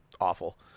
awful